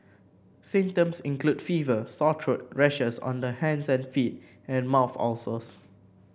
symptoms include fever sore throat rashes on the hands and feet and mouth ulcers